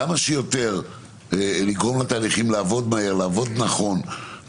כמה שיותר לגרום לתהליכים לעבוד מהר, לעבוד נכון.